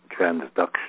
transduction